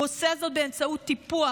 הוא עושה זאת באמצעות טיפוח,